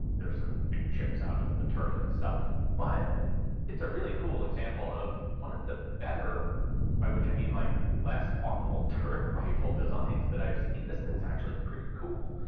there's some big chips out of the turret itself. but it's a really cool example of one of the better by which i mean, like, less awful, turret rifle designs that i've seen. this thing's actually pretty cool.